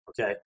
Okay